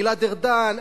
גלעד ארדן,